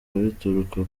bituruka